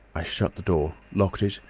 i shut the door, locked it,